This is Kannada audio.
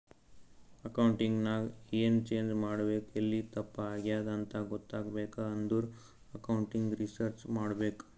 ಅಕೌಂಟಿಂಗ್ ನಾಗ್ ಎನ್ ಚೇಂಜ್ ಮಾಡ್ಬೇಕ್ ಎಲ್ಲಿ ತಪ್ಪ ಆಗ್ಯಾದ್ ಅಂತ ಗೊತ್ತಾಗ್ಬೇಕ ಅಂದುರ್ ಅಕೌಂಟಿಂಗ್ ರಿಸರ್ಚ್ ಮಾಡ್ಬೇಕ್